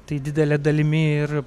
tai didele dalimi ir